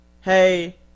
Hey